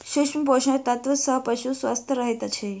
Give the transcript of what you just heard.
सूक्ष्म पोषक तत्व सॅ पशु स्वस्थ रहैत अछि